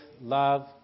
love